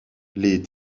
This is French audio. les